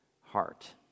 heart